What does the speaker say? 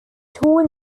torn